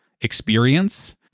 experience